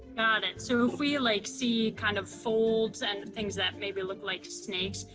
and it. so if we like see kind of folds and things that maybe look like snakes,